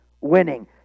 winning